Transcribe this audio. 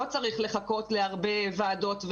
לא צריך לחכות להרבה ועדות.